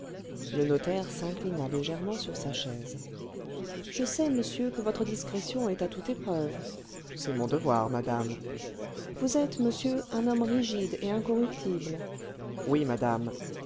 le notaire s'inclina légèrement sur sa chaise je sais monsieur que votre discrétion est à toute épreuve c'est mon devoir madame vous êtes monsieur un homme rigide et incorruptible oui madame